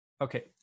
Okay